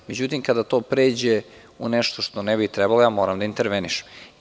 Međutim kada to pređe u nešto što ne bi trebalo, moram da intervenišem.